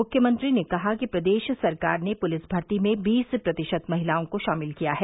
मुख्यमंत्री ने कहा कि प्रदेश सरकार ने पुलिस भर्ती में बीस प्रतिशत महिलाओं को शामिल किया है